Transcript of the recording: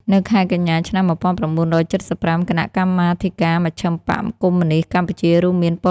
នៅខែកញ្ញា ឆ្នាំ១៩៧៥ គណៈកម្មាធិការមជ្ឈិមបក្សកុម្មុយនីស្តកម្ពុជារួមមាន ប៉ុល ពត នួន ជា សោ ភឹម អៀង សារី សុន សេន តាម៉ុក និង វន វ៉េត។